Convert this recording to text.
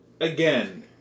Again